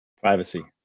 Privacy